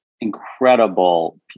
incredible